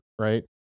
right